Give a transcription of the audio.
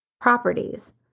properties